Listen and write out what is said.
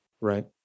right